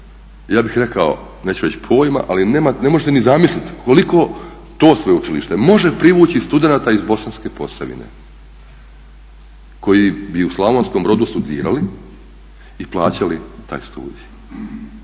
ja bih rekao neću reći pojma, ali ne možete ni zamisliti koliko to sveučilište može privući studenata iz Bosanske Posavine koji bi u Slavonskom Brodu studirali i plaćali taj studij.